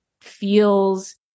feels